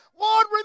Lord